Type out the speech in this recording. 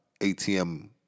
ATM